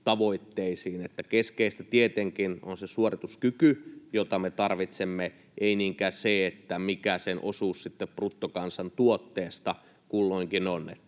keskeistä tietenkin on se suorituskyky, jota me tarvitsemme, ei niinkään se, mikä sen osuus sitten bruttokansantuotteesta kulloinkin on.